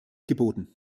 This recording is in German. geboten